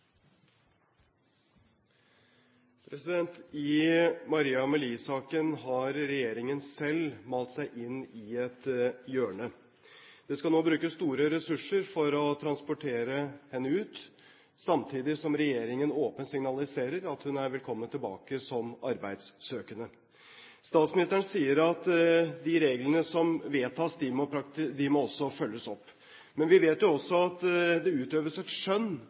I Marie Amelie-saken har regjeringen selv malt seg inn i et hjørne. Det skal nå brukes store ressurser for å transportere henne ut, samtidig som regjeringen åpent signaliserer at hun er velkommen tilbake som arbeidssøkende. Statsministeren sier at de reglene som vedtas, også må følges opp. Men vi vet jo også at det utøves skjønn